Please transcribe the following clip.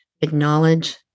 acknowledge